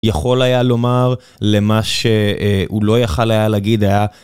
יכול היה לומר למה שהוא לא יכול היה להגיד, היה...